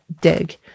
dig